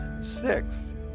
Sixth